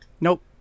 Nope